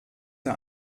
der